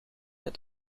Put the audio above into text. het